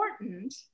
important